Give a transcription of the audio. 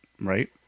right